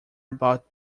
about